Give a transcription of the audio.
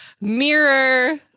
Mirror